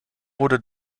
wurde